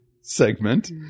segment